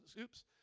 oops